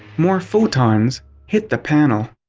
more photons hit the panel.